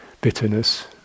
bitterness